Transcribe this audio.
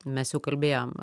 mes jau kalbėjom